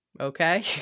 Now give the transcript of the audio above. Okay